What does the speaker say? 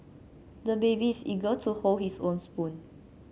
the baby is eager to hold his own spoon